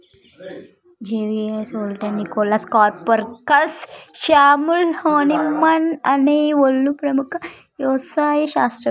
జెవిస్, Haldane, Nicholas, Copernicus, Samuel Hahnemann అనే ఓళ్ళు ప్రముఖ యవసాయ శాస్త్రవేతలు